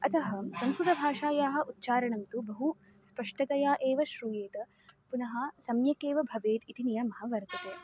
अतः संस्कृतभाषायाः उच्चारणं तु बहु स्पष्टतया एव श्रूयेत पुनः सम्यक् एव भवेत् इति नियमः वर्तते